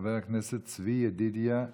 חבר הכנסת צבי ידידיה סוכות,